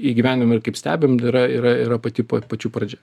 įgyvendinama ir kaip stebim yra yra yra pati pačių pradžia